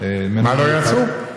מה לא יעשו?